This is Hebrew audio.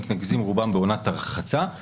שרובם מתרכזים בעונת הרחצה.